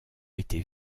était